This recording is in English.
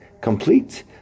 complete